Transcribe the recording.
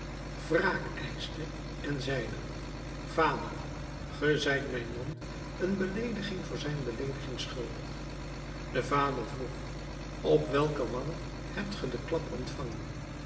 wraak eischte en zeide vader ge zijt mijn man een beleediging voor zijn beleediging schuldig de vader vroeg op welke wang hebt ge den klap ontvangen